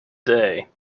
day